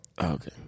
okay